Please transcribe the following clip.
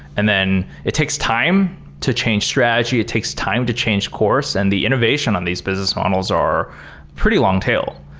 and then it takes time to change strategy. it takes time to change course and the innovation on these business models are pretty long tail.